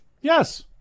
Yes